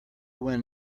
one